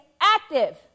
active